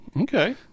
Okay